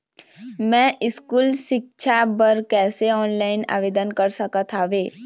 मैं स्कूल सिक्छा बर कैसे ऑनलाइन आवेदन कर सकत हावे?